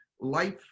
life